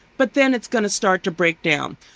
but then it's going to start to break down.